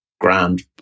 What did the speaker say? grand